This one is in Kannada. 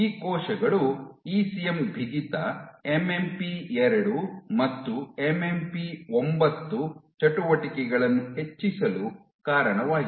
ಈ ಕೋಶಗಳು ಇಸಿಎಂ ಬಿಗಿತ ಎಂಎಂಪಿ 2 ಮತ್ತು ಎಂಎಂಪಿ 9 ಚಟುವಟಿಕೆಗಳನ್ನು ಹೆಚ್ಚಿಸಲು ಕಾರಣವಾಗಿದೆ